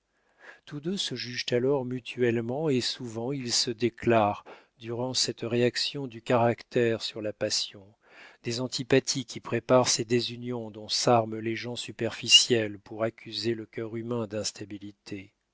tous deux se jugent alors mutuellement et souvent il se déclare durant cette réaction du caractère sur la passion des antipathies qui préparent ces désunions dont s'arment les gens superficiels pour accuser le cœur humain d'instabilité